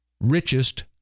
richest